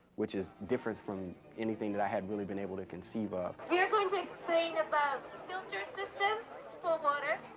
which is different from anything that i had really been able to conceive of. we're going to explain about filter systems for water.